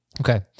Okay